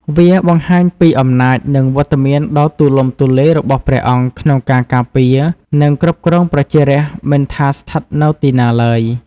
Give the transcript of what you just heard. វាបង្ហាញពីអំណាចនិងវត្តមានដ៏ទូលំទូលាយរបស់ព្រះអង្គក្នុងការការពារ និងគ្រប់គ្រងប្រជារាស្ត្រមិនថាស្ថិតនៅទីណាឡើយ។